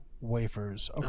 wafers